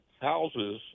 houses